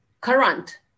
current